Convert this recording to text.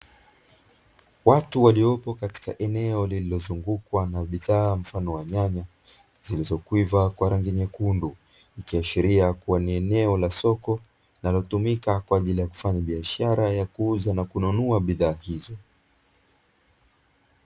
Watu waliopo katika eneo lililozungukwa na bidhaa mfano wa nyanya zilizokwiva kwa rangi nyekundu, ikiashiria kuwa ni eneo la soko linalotumika kwa ajili ya kufanya biashara ya kuuza na kununua bidhaa hizo.